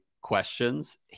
questions